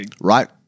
right